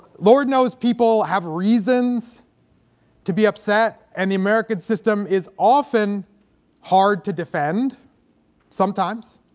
lord knows people have reasons to be upset and the american system is often hard to defend sometimes.